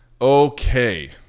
Okay